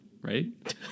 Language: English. Right